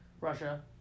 Russia